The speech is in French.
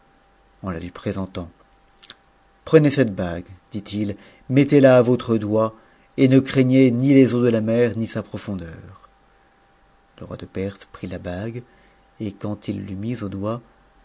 en la lui présentant t prenez cette bague dit-il mette a votre doigt et ne craignez ni les eaux de la mer ni sa profondeur le roi de perse prit la bague et quand il l'eut mise au doigt